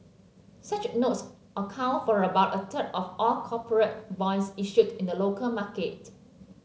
such notes account for about a third of all corporate bonds issued in the local market